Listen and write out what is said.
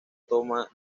toma